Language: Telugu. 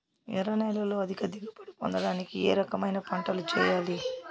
ఎర్ర నేలలో అధిక దిగుబడి పొందడానికి ఏ రకమైన పంటలు చేయాలి?